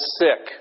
sick